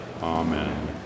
Amen